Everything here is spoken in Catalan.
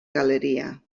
galeria